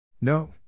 No